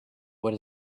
what